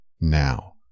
now